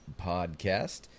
podcast